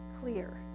clear